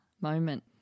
moment